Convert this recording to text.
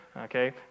Okay